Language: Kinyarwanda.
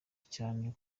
cyane